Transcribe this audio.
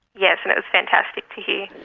yes, and it was fantastic to hear.